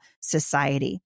society